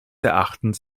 erachtens